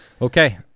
Okay